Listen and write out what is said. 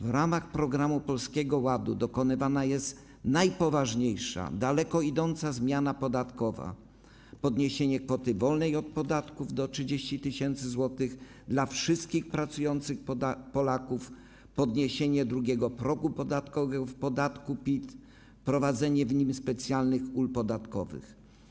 W ramach programu Polskiego Ładu dokonywana jest najpoważniejsza, daleko idąca zmiana podatkowa: podniesienie kwoty wolnej od podatku do 30 tys. zł dla wszystkich pracujących Polaków, podniesienie drugiego progu podatkowego w podatku PIT, wprowadzenie w nim specjalnych ulg podatkowych.